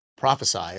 Prophesy